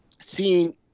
seeing